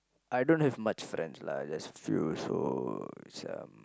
I don't have much friends lah just a few so some